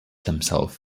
himself